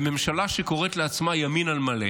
בממשלה שקוראת לעצמה ימין על מלא,